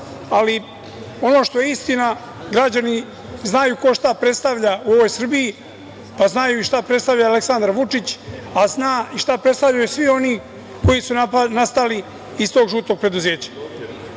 Ali, ono što je istina, građani znaju ko šta predstavlja u ovoj Srbiji, pa znaju i šta predstavlja Aleksandar Vučić, a znaju i šta predstavljaju svi oni koji su nastali iz tog žutog preduzeća. Siguran